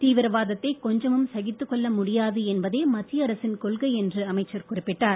தீவிரவாதத்தை கொஞ்சமும் சகித்துக்கொள்ள முடியாது என்பதே மத்திய அரசின் கொள்கை என்று அமைச்சர் குறிப்பிட்டார்